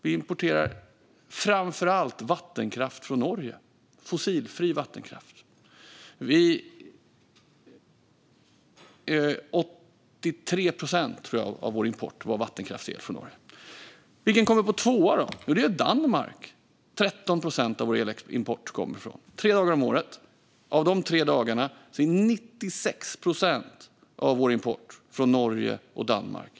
Vi importerar framför allt fossilfri vattenkraft från Norge. Jag tror att det var 83 procent av vår import som var vattenkraft och el från Norge. Vad kommer som nummer två? Det gör Danmark. 13 procent av vår elimport kommer därifrån tre dagar om året. Av de tre dagarna kommer 96 procent av vår import från Norge och Danmark.